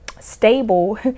stable